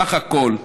הסך הכול,